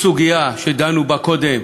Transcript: בסוגיה שדנו בה קודם,